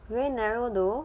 very narrow though